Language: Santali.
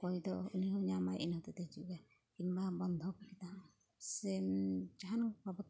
ᱠᱚᱭ ᱫᱚ ᱩᱱᱤᱦᱚᱸ ᱧᱟᱢᱟᱭ ᱤᱱᱟᱹ ᱦᱚᱛᱮᱡ ᱛᱮ ᱦᱤᱡᱩᱜ ᱜᱮᱭᱟᱭ ᱠᱤᱝᱵᱟ ᱵᱚᱱᱫᱷᱚᱠ ᱞᱮᱫᱟ ᱥᱮᱢ ᱡᱟᱦᱟᱱ ᱵᱟᱵᱚᱛ